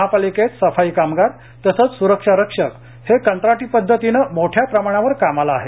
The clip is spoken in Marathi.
महापालिकेत सफाई कामगार तसेच स्रक्षा रक्षक हे कंत्राटी पद्धतीने मोठ्या प्रमाणावर कामाला आहेत